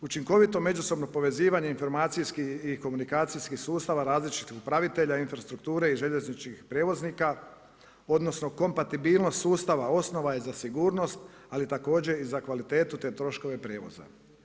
Učinkovito međusobno povezivanje informacijskih i komunikacijskih sustava različitih upravitelja infrastrukture i željezničkih prijevoznika, odnosno kompatibilnost sustava osnova je za sigurnost ali također za kvalitetu te troškove prijevoza.